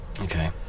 Okay